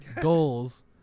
Goals